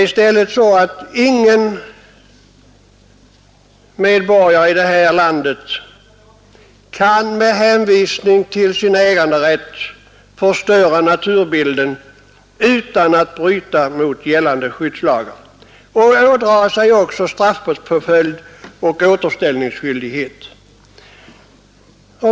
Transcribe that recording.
Ingen medborgare i vårt land kan nämligen med hänvisning till sin äganderätt förstöra naturbilden utan att bryta mot gällande skyddslagar och därmed också ådra sig straffpåföljd och återställningsskyldighet.